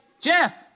Jeff